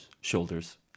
Shoulders